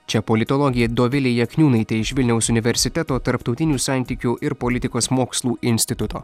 čia politologė dovilė jakniūnaitė iš vilniaus universiteto tarptautinių santykių ir politikos mokslų instituto